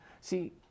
See